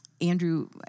Andrew